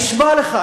אני נשבע לך,